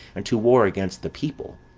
and to war against the people.